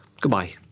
Goodbye